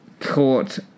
caught